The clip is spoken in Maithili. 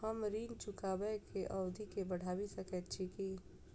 हम ऋण चुकाबै केँ अवधि केँ बढ़ाबी सकैत छी की?